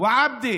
ובעבדה